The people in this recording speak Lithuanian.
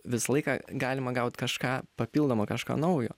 visą laiką galima gaut kažką papildomo kažką naujo